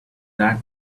that